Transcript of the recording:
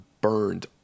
burned